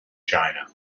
china